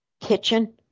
kitchen